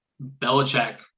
Belichick